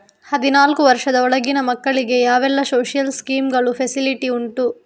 ಹದಿನಾಲ್ಕು ವರ್ಷದ ಒಳಗಿನ ಮಕ್ಕಳಿಗೆ ಯಾವೆಲ್ಲ ಸೋಶಿಯಲ್ ಸ್ಕೀಂಗಳ ಫೆಸಿಲಿಟಿ ಉಂಟು?